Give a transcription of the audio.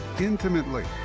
intimately